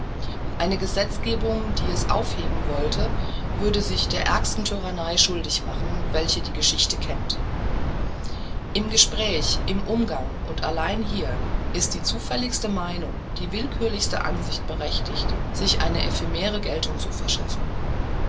eine gesetzgebung die es aufheben wollte würde sich der ärgsten tyrannei schuldig machen welche die geschichte kennt im gespräch im umgang und allein hier ist die zufälligste meinung die willkürlichste ansicht berechtigt sich eine ephemere geltung zu verschaffen